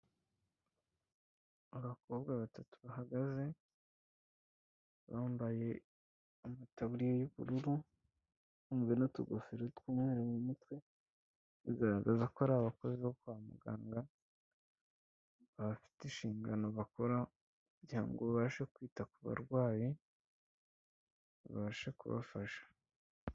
Abakobwa batatu bahagaze bambaye amataburiya y'ubururu, bambaye n'utugofero tw'umweru mu mutwe bigaragaza ko ari abakozi bo kwa muganga bafite inshingano bakora kugira ngo babashe kwita ku barwayi babashe kubafasha.